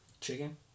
chicken